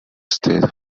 state